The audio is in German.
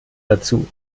dazu